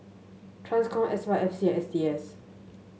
Transcom S Y F C and S T S